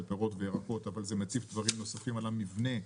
פירות וירקות אבל זה מציף דברים נוספים על המבנה,